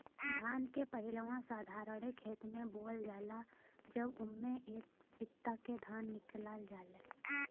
धान के पहिलवा साधारणे खेत मे बोअल जाला जब उम्मे एक एक बित्ता के धान निकले लागे